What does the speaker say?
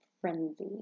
frenzy